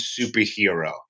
superhero